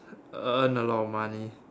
earn a lot of money